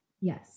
Yes